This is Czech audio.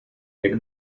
jak